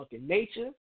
Nature